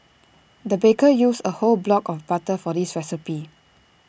the baker used A whole block of butter for this recipe